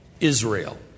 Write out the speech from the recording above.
Israel